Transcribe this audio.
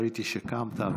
ראיתי שקמת,